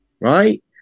right